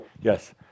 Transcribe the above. Yes